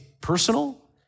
personal